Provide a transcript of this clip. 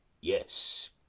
yes